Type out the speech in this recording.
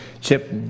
Chip